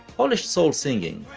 polished soul singing,